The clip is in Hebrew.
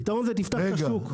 הפתרון הוא: תפתח את השוק.